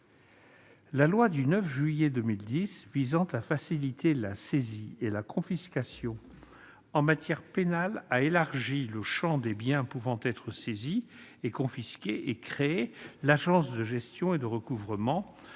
La loi du 9 juillet 2010 visant à faciliter la saisie et la confiscation en matière pénale a élargi le champ des biens pouvant être saisis et confisqués, et créé l'Agence de gestion et de recouvrement